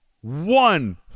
one